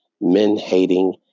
men-hating